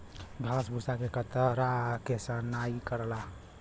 घास भूसा के कतरा के सनाई करला